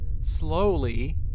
slowly